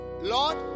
Lord